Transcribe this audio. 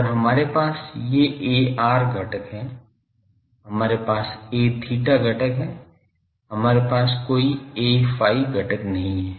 और हमारे पास ये Ar घटक है हमारे पास Aθ घटक है हमारे पास कोई Aϕ घटक नहीं है